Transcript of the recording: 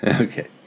Okay